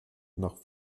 nach